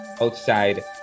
outside